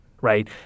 right